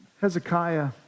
Hezekiah